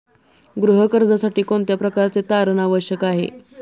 गृह कर्जासाठी कोणत्या प्रकारचे तारण आवश्यक आहे?